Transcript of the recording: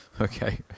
Okay